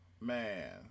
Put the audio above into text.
Man